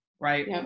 right